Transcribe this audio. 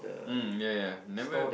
um ya ya ya never